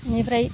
बेनिफ्राय